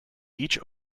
each